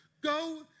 Go